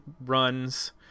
runs